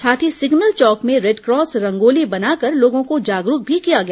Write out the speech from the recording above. साथ ही सिग्नल चौक में रेडक्रॉस रंगोली बनाकर लोगों को जागरूक भी किया गया